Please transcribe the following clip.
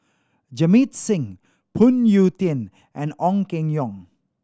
Jamit Singh Phoon Yew Tien and Ong Keng Yong